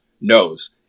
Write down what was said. knows